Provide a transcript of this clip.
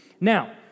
Now